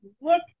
look